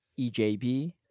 EJB